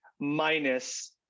Minus